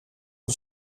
een